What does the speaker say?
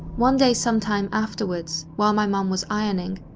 one day sometime afterwards, while my mom was ironing,